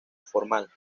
formal